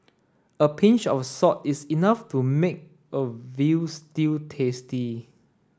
a pinch of salt is enough to make a veal stew tasty